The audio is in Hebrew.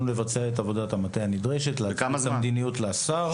לבצע את עבודת המטה הנדרשת ולהציג את המדיניות לשר.